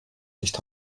nicht